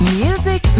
music